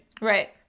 Right